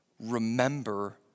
Remember